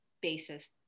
basis